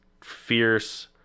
fierce